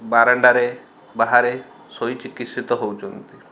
ବାରଣ୍ଡାରେ ବାହାରେ ଶୋଇ ଚିକିତ୍ସିତ ହଉଛନ୍ତି